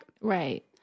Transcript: Right